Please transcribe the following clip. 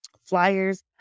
flyers